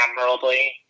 admirably